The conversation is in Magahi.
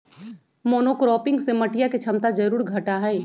मोनोक्रॉपिंग से मटिया के क्षमता जरूर घटा हई